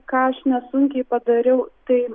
ką aš nesunkiai padariau tai